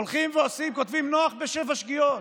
הולכים ועושים, כותבים נוח בשבע שגיאות: